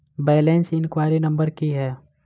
Balance enquiry number की है?